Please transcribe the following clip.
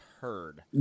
heard